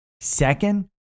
Second